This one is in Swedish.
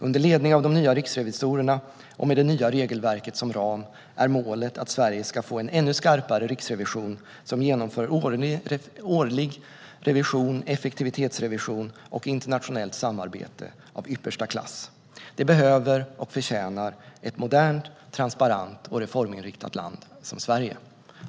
Under ledning av de nya riksrevisorerna och med det kommande nya regelverket som ram är målet att Sverige ska få en ännu skarpare riksrevision, som genomför årlig revision, effektivitetsrevision och internationellt samarbete av yppersta klass. Det behöver och förtjänar ett modernt, transparent och reforminriktat land som Sverige.